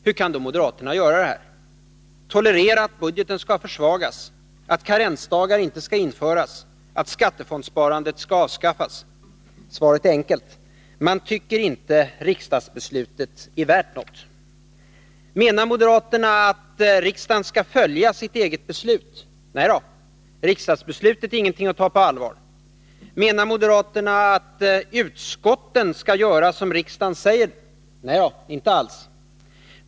Hur kan då moderaterna göra detta — tolerera att budgeten skall försvagas, att karensdagarna inte skall införas, att skattefondsparandet skall avskaffas? Svaret är enkelt: Man tycker inte att riksdagsbeslutet är värt något. Menar moderaterna att riksdagen skall följa sitt eget beslut? Nej då, riksdagsbeslutet är ingenting att ta på allvar. Menar moderaterna att utskotten skall göra som riksdagen säger? Nej då, inte alls.